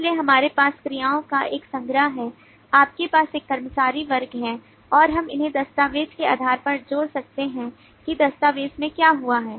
इसलिए हमारे पास क्रियाओं का एक संग्रह है हमारे पास एक कर्मचारी वर्ग है और हम उन्हें दस्तावेज के आधार पर जोड़ सकते हैं कि दस्तावेज में क्या हुआ है